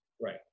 right